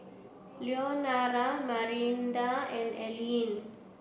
Leonora Marinda and Ellyn